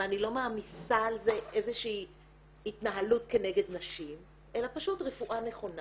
ואני לא מעמיסה על זה איזושהי התנהלות כנגד נשים אלא פשוט רפואה נכונה